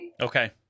Okay